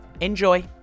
enjoy